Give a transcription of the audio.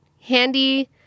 handy